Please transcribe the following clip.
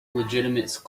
legitimate